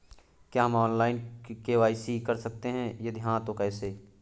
क्या हम online KYC कर सकते हैं यदि हाँ तो कैसे?